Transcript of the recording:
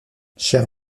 chair